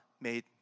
made